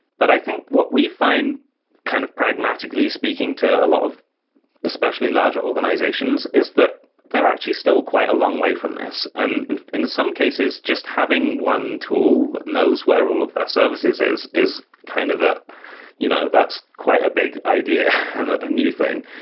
but i think what we find kind of pragmatically speaking to a a lot of especially larger organizations is that they're actually still quite a long way from this. and and in some cases, just having one tool knows where all of their services is is kind of a you know that's quite a big idea and a a new thing.